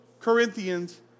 Corinthians